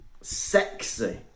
Sexy